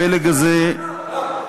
על מה?